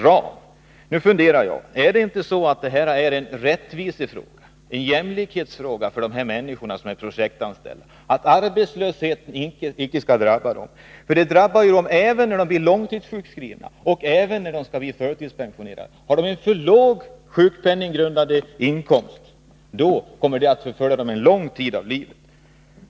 Jag undrar om inte detta är en rättvisefråga, en jämlikhetsfråga, för de människor som är projektanställda, att arbetslös het icke skall drabba på det här sättet. De drabbas ju även när de blir långtidssjukskrivna och när de blir förtidspensionerade. Har de en för låg sjukpenninggrundande inkomst, kommer det att förfölja dem under lång tid i livet.